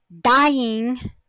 dying